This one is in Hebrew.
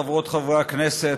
חברות וחברי הכנסת,